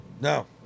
No